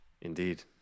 Indeed